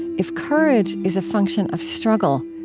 if courage is a function of struggle,